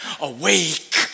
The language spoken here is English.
awake